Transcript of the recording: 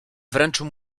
wręczył